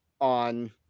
on